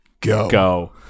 Go